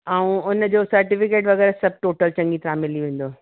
ऐं उनजो सेर्टिफ़िकेट वगै़रह सभु टोटल चङी तरह मिली वेंदो